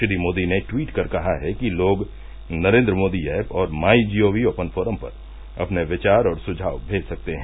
श्री मोदी ने ट्वीट कर कहा है कि लोग नरेन्द्र मोदी ऐप और my G O V open forum पर अपने विचार और सुझाव मेज सकते हैं